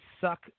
Suck